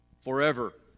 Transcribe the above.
forever